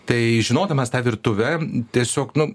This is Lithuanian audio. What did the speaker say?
tai žinodamas tą virtuvę tiesiog nu